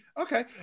Okay